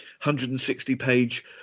160-page